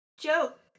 joke